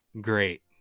great